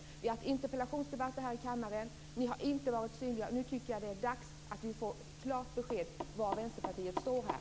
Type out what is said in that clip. Vi har haft interpellationsdebatter om detta här i kammaren, men ni har inte varit synliga där. Jag tycker att det nu är dags att vi får klart besked om var Vänsterpartiet står.